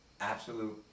absolute